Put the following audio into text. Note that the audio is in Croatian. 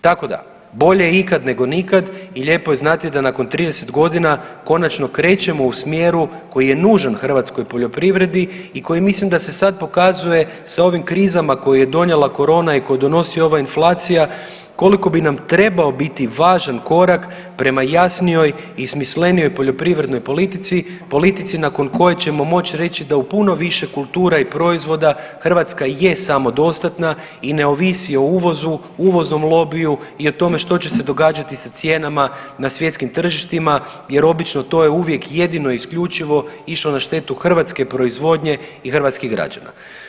Tako da bolje ikad nego nikad i lijepo je znati da nakon 30 godina konačno krećemo u smjeru koji je nužan hrvatskoj poljoprivredi i koji mislim da se sad pokazuje sa ovim krizama koje je donijela korona i koju donosi ova inflacija koliko bi nam trebao biti važan korak prema jasnijoj i smislenijoj poljoprivrednoj politici, politici nakon koje ćemo moći reći da u puno više kultura i proizvoda Hrvatska je samodostatna i ne ovisi o uvozu, uvoznom lobiju i o tome što će se događati sa cijenama na svjetskim tržištima jer obično to je jedino i isključivo išlo na štetu hrvatske proizvodnje i hrvatskih građana.